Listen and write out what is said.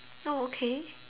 oh okay